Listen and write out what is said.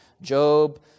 Job